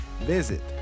visit